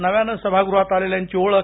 नव्यानं सभागृहात आलेल्यांची ओळख